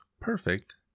perfect